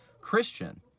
Christian